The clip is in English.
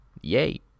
Yay